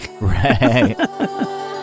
Right